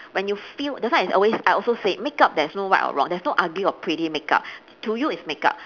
when you feel that's why it's always I also say makeup there's no right or wrong there's no ugly or pretty makeup to you it's makeup